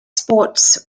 sports